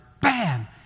bam